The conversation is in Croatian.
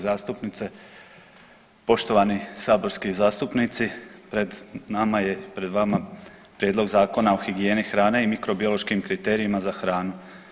zastupnice, poštovani saborski zastupnici pred nama je, pred vama Prijedlog Zakona o higijeni hrane i mikrobiološkim kriterijima za hranu.